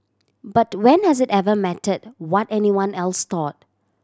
but when has it ever mattered what anyone else thought